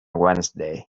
wednesday